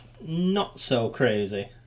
not-so-crazy